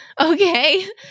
Okay